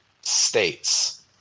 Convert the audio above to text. states